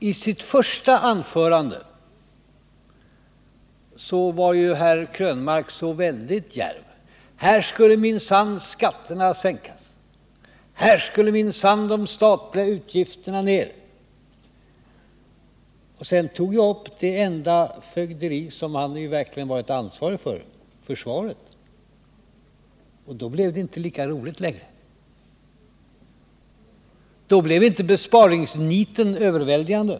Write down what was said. I sitt första anförande var Eric Krönmark väldigt djärv — här skulle minsann skatterna sänkas och här skulle minsann de statliga utgifterna ner. I min replik tog jag upp det enda fögderi som Eric Krönmark verkligen varit ansvarig för, nämligen försvaret, och då blev det inte lika roligt längre. Då blev inte besparingsnitet överväldigande.